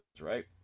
right